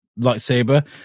lightsaber